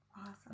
awesome